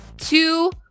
two